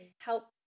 help